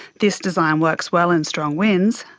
this design works well in strong winds,